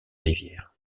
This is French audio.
rivière